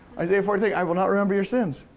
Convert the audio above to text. isaiah forty three, i will not remember your sins.